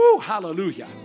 hallelujah